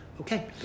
Okay